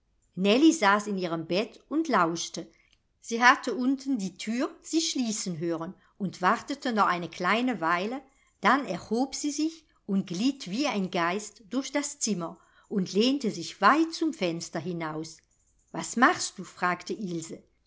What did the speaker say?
saß in ihrem bett und lauschte sie hatte unten die thür sich schließen hören wartete noch eine kleine weile dann erhob sie sich und glitt wie ein geist durch das zimmer und lehnte sich weit zum fenster hinaus was machst du fragte ilse